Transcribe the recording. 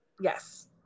Yes